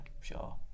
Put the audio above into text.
sure